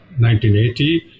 1980